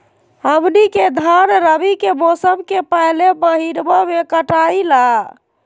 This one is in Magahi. हमनी के धान रवि के मौसम के पहले महिनवा में कटाई ला